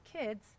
kids